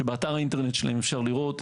שבאתר האינטרנט שלהן אפשר לראות,